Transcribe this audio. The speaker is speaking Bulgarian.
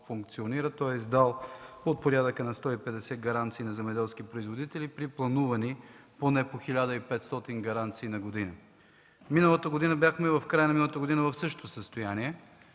той е издал от порядъка на 150 гаранции на земеделски производители при планувани поне по 1500 гаранции на година. В края на миналата година бяхме в същото състояние,